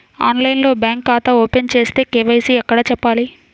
ఆన్లైన్లో బ్యాంకు ఖాతా ఓపెన్ చేస్తే, కే.వై.సి ఎక్కడ చెప్పాలి?